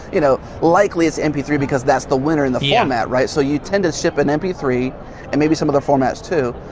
you know, likely it's m p three because that's the winner in the format, right? so, you tend to ship an m p three and maybe some of the other formats too,